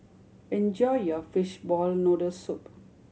enjoy your fishball noodle soup